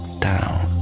down